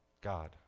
God